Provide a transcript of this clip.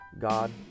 God